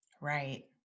Right